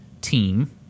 team